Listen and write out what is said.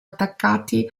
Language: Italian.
attaccati